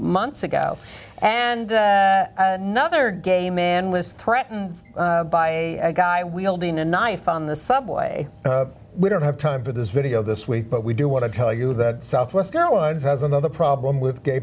months ago and nother gay man was threatened by a guy wielding a knife on the subway we don't have time for this video this week but we do want to tell you that southwest airlines has another problem with gay